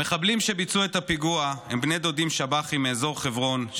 המחבלים שביצעו את הפיגוע הם בני דודים שב"חים מאזור חברון,